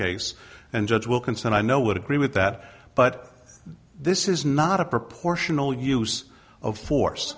case and judge wilkinson i know would agree with that but this is not a proportional use of force